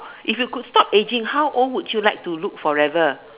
if you could stop aging how old would you like to look forever